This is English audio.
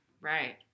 right